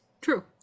True